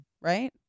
right